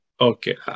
Okay